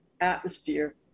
atmosphere